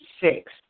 six